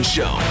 Show